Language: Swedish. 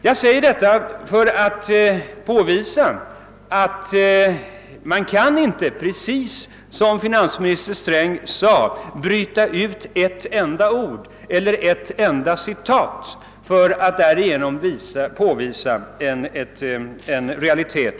Jag säger detta för att påvisa att man, precis som finansminister Sträng sade, inte kan bryta ut en enda uppgift eller ett enda citat för att därigenom bevisa något.